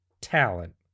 talent